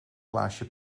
glaasje